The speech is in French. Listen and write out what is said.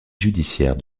judiciaire